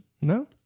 No